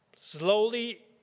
slowly